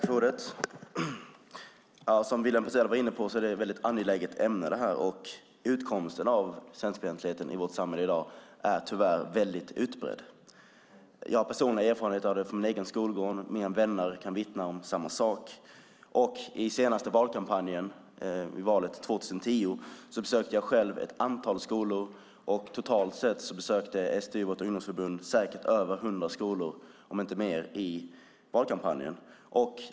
Fru talman! Som William Petzäll var inne på är detta ett väldigt angeläget ämne. Förekomsten av svenskfientlighet i vårt samhälle i dag är tyvärr väldigt utbredd. Jag har personliga erfarenheter av det från min egen skolgång. Mina vänner kan vittna om samma sak. I den senaste valkampanjen inför valet 2010 besökte jag själv ett antal skolor. Totalt sett besökte vårt ungdomsförbund SDU säkert över 100 skolor, om inte fler, i valkampanjen.